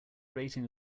rating